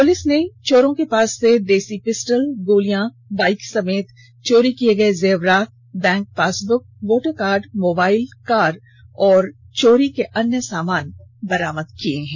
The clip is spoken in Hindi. पुलिस ने चोरों से देशी पिस्टल गोली बाइक समेत चोरी किये गए जेवरात bank passbook voter card mobile car और चोरी के अन्य सामान बरामद किए हैं